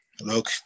look